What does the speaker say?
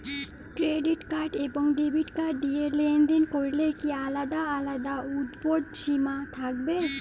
Credit card এবং debit card দিয়ে লেনদেন করলে কি আলাদা আলাদা ঊর্ধ্বসীমা থাকবে?